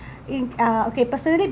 in uh okay personally